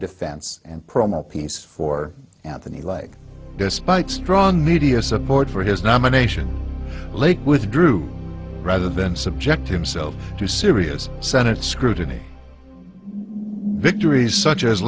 defense and promo piece for anthony like despite strong media support for his nomination blake withdrew rather than subject himself to serious senate scrutiny victories such as